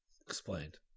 explained